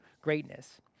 greatness